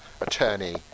attorney